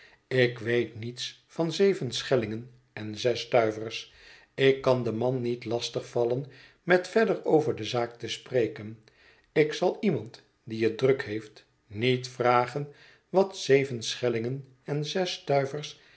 ik weet niets van zeven schellingen en zes stuivers ik kan den man niet lastig vallen met verder over de zaak te spreken ik zal iemand die het druk heeft niet vragen wat zeven schellingen en zes stuivers